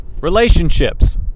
Relationships